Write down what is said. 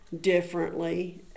differently